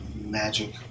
magic